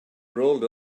rolled